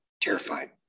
terrified